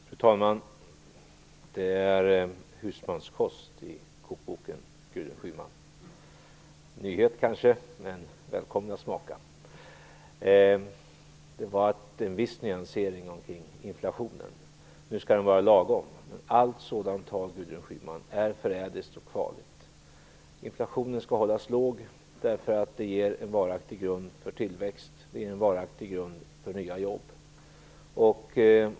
Fru talman! Det är husmanskost i kokboken, Gudrun Schyman. Det är kanske en nyhet, men välkommen att smaka. Jag hörde en viss nyansering omkring inflationen. Nu skall den vara lagom. Allt sådant tal, Gudrun Schyman, är förrädiskt och farligt. Inflationen skall hållas låg därför att det ger en varaktig grund för tillväxt. Det ger en varaktig grund för nya jobb.